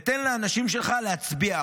ותן לאנשים שלך להצביע.